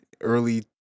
early